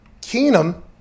Keenum